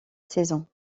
saison